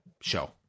show